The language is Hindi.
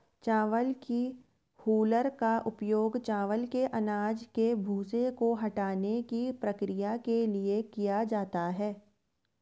चावल की हूलर का उपयोग चावल के अनाज के भूसे को हटाने की प्रक्रिया के लिए किया जाता है